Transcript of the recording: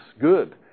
good